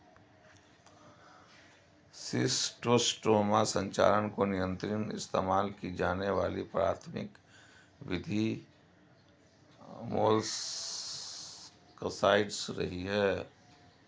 schistosoma संचरण को नियंत्रित इस्तेमाल की जाने वाली प्राथमिक विधि मोलस्कसाइड्स रही है